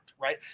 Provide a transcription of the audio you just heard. right